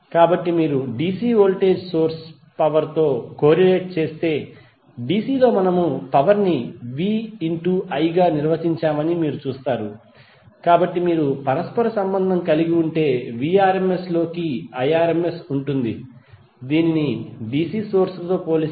కాబట్టి మీరు DC voltage source power తో కోరిలేట్ చేస్తే DC లో మనము పవర్ ని v x i గా నిర్వచించామని మీరు చూస్తారు కాబట్టి మీరు పరస్పర సంబంధం కలిగి ఉంటే Vrms లోకి Irms ఉంటుంది దీనిని DC సోర్స్ తో పోలిస్తే